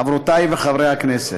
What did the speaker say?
חברות וחברי הכנסת,